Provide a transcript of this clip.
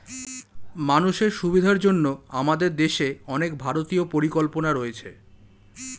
মানুষের সুবিধার জন্য আমাদের দেশে অনেক ভারতীয় পরিকল্পনা রয়েছে